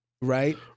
right